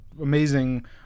amazing